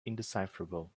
indecipherable